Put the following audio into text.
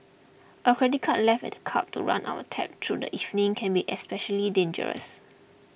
a credit card left at the club to run up a tab through the evening can be especially dangerous